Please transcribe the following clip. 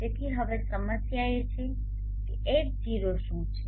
તેથી હવે સમસ્યા એ છે કે H0 શું છે